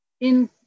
in-